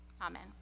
Amen